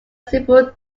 simple